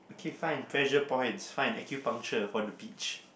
okay fine pressure points fine acupuncture for the beach